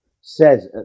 says